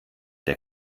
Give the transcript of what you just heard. der